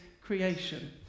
creation